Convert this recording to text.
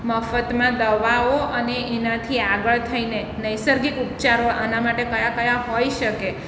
મફતમાં દવાઓ અને એનાથી આગળ થઈને નૈસર્ગિક ઉપચારો આના માટે કયા કયા હોઈ શકે